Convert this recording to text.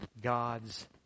God's